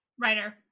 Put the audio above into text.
Writer